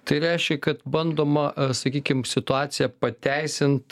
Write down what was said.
tai reiškia kad bandoma sakykim situaciją pateisint